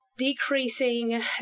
decreasing